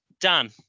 Dan